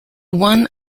one